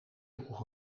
droeg